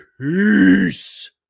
Peace